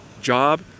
job